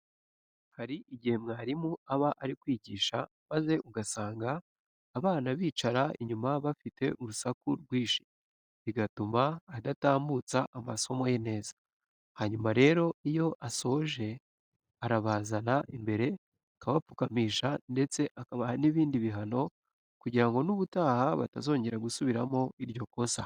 Hari igihe umwarimu aba ari kwigisha maze ugasanga abana bicara inyuma bafite urusaku rwinshi bigatuma adatambutsa amasomo ye neza. Hanyuma rero iyo asoje arabazana imbere akabapfukamisha ndetse akabaha n'ibindi bihano kugira ngo n'ubutaha batazongera gusubiramo iryo kosa.